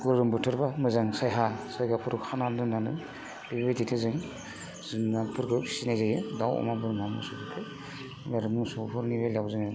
गरम बोथोरब्ला मोजां सायहा जायगायाव खाना दोननानै बेबायदि जों जुनादफोरखो फिनाय जायो दाउ अमा बोरमा मोसौफोरखौ आरो मोसौफोरनि बेलायाव जोङो